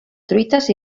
truites